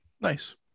nice